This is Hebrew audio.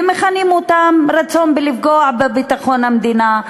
ומכנים אותם רצון לפגוע בביטחון המדינה.